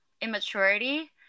immaturity